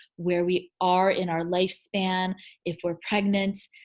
where we are in our lifespan if we're pregnant.